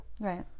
right